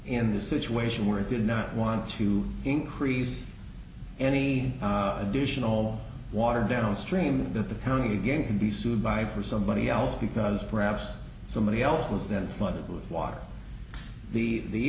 in the situation where it did not want to increase any additional water downstream that the county game can be sued by for somebody else because perhaps somebody else was then flooded with water the